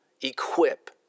equip